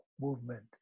movement